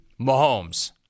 Mahomes